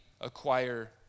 acquire